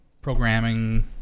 programming